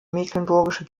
mecklenburgische